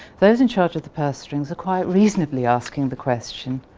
those in charge of the purse strings are quite reasonably asking the question